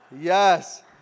Yes